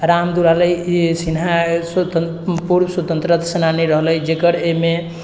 राम दुलारी सिन्हा स्वतं पूर्व स्वतंत्रता सेनानी रहलै जेकर एहिमे